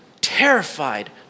terrified